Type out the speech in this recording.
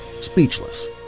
speechless